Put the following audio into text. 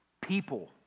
people